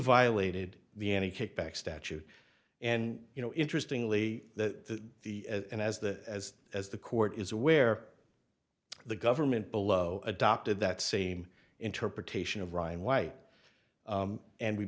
violated the any kickback statute and you know interestingly that the and as the as as the court is aware the government below adopted that same interpretation of ryan white and we